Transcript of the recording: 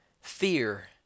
Fear